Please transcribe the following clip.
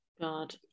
god